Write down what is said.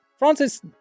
Francis